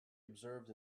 observed